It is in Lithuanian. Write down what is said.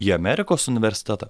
į amerikos universitetą